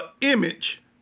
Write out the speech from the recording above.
image